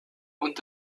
und